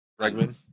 Bregman